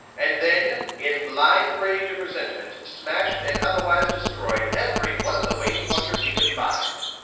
and then in blind rage of resentment, smashed and otherwise destroyed every one of the wayne portraits he could find.